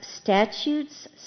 statutes